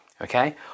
okay